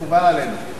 מקובל עלינו.